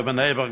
בבני-ברק,